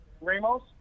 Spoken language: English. Ramos